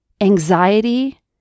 Anxiety